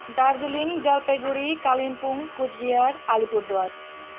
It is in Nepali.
दार्जिलिङ जलपाइगुडी कालिम्पोङ कुचबिहार अलिपुरद्वार